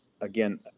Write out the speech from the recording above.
again